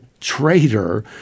traitor